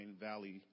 Valley